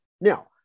Now